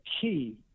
key